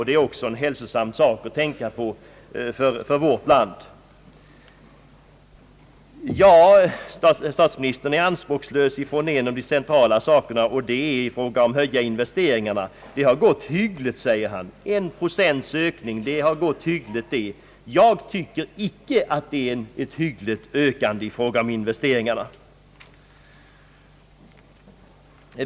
Det är också en hälsosam sak för vårt land att tänka på. Statsministern är anspråkslös i fråga om en av de centrala frågorna, nämligen när det gäller att höja investeringarna. Det har gått hyggligt, säger statsministern. En procents ökning anser statsministern vara »hyggligt». Jag tycker icke att det är en hygglig ökning i fråga om investeringarna.